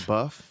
Buff